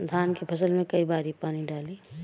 धान के फसल मे कई बारी पानी डाली?